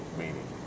meaning